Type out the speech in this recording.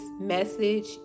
message